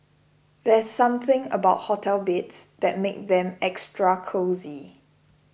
there's something about hotel beds that makes them extra cosy